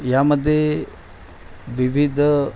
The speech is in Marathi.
यामध्ये विविध